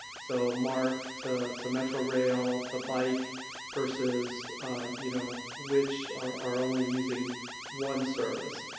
so marc to to metrorail, to bike versus you know which are are only using one service